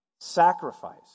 Sacrifice